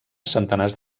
centenars